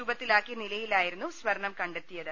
രൂപത്തിലാക്കിയ നിലയിലായിരുന്നു സ്വർണ്ണം കണ്ടെത്തിയ ത്